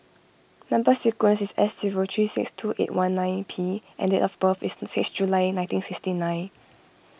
Number Sequence is S zero three six two eight one nine P and date of birth is six July nineteen sixty nine